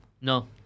No